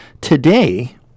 Today